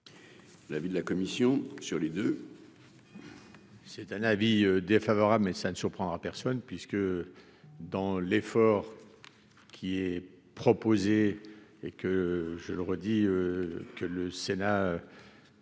L'avis de la commission sur ces deux